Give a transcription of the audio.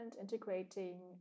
integrating